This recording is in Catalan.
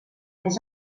més